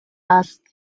asked